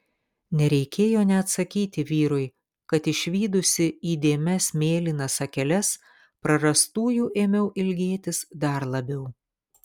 nereikėjo net sakyti vyrui kad išvydusi įdėmias mėlynas akeles prarastųjų ėmiau ilgėtis dar labiau